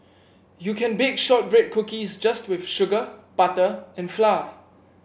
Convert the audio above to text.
you can bake shortbread cookies just with sugar butter and flour